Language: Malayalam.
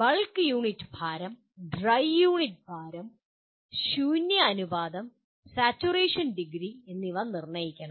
ബൾക്ക് യൂണിറ്റ് ഭാരം ഡ്രൈ യൂണിറ്റ് ഭാരം ശൂന്യ അനുപാതം സാച്ചുറേഷൻ ഡിഗ്രി എന്നിവ നിർണ്ണയിക്കണം